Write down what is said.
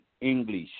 English